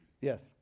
Yes